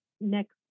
next